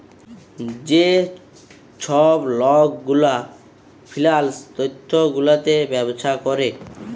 যে ছব লক গুলা ফিল্যাল্স তথ্য গুলাতে ব্যবছা ক্যরে